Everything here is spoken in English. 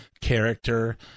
character